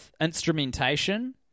instrumentation